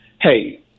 hey